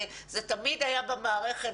זה תמיד היה במערכת,